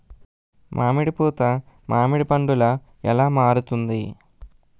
మామిడి పూత మామిడి పందుల ఎలా మారుతుంది?